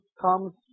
comes